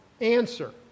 answer